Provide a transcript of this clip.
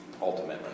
ultimately